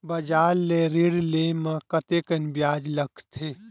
बजार ले ऋण ले म कतेकन ब्याज लगथे?